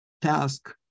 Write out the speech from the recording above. task